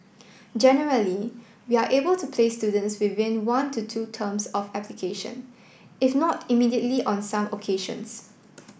generally we are able to place students within one to two terms of application if not immediately on some occasions